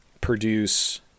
produce